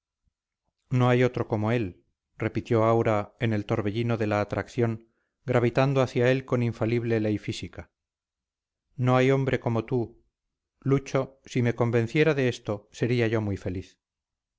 no hay otro como él repitió aura en el torbellino de la atracción gravitando hacia él con infalible ley física no hay hombre como tú luchu si me convenciera de esto sería yo muy feliz